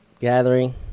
gathering